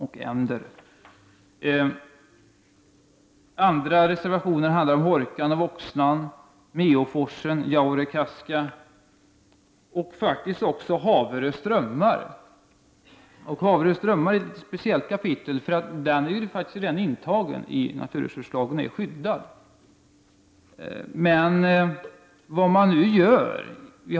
Det finns andra reservationer som handlar om Hårkan och Voxnan, Meåforsen och Jaurekaska och också om Haverö strömmar. Haverö strömmar är ett speciellt kapitel. De är faktiskt redan intagna i naturresurslagen och är skyddade.